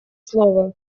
слово